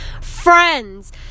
friends